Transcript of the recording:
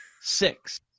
Six